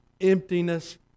Emptiness